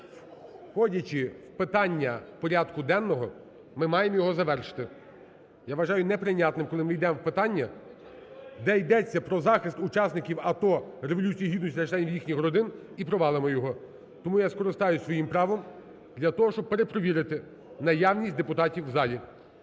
Входячи в питання порядку денного, ми маємо його завершити. Я вважаю неприйнятним, коли ми йдемо в питання, де йдеться про захист учасників АТО, Революцію Гідності та членів їхніх родин, і провалимо його. Тому я скористаюсь своїм правом для того, щоб перепровірити наявність депутатів в залі.